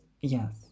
Yes